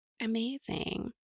Amazing